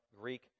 Greek